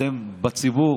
אתם בציבור